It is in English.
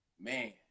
man